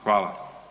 Hvala.